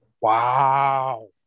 wow